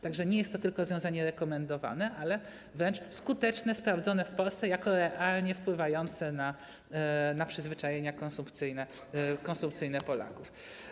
Tak że nie jest to tylko rozwiązanie rekomendowane, ale wręcz skuteczne, sprawdzone w Polsce jako realnie wpływające na przyzwyczajenia konsumpcyjne Polaków.